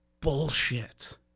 bullshit